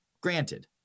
granted